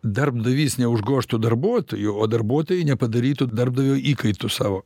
darbdavys neužgožtų darbuotojų o darbuotojai nepadarytų darbdavio įkaitu savo